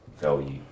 value